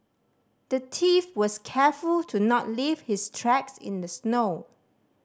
the thief was careful to not leave his tracks in the snow